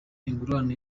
ingurane